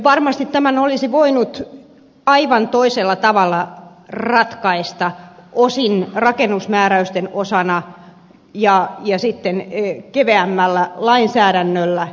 varmasti tämän olisi voinut aivan toisella tavalla ratkaista osin rakennusmääräysten osana ja sitten keveämmällä lainsäädännöllä